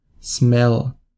smell